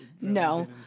no